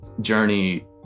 journey